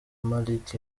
malik